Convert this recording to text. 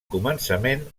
començament